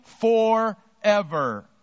forever